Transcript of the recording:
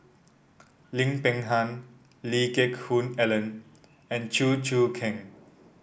Lim Peng Han Lee Geck Hoon Ellen and Chew Choo Keng